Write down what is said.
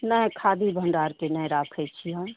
नहि खादी भण्डारके नहि राखै छी हम